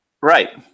Right